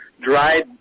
Dried